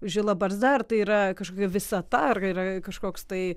žila barzda ar tai yra kažkokia visata ar yra kažkoks tai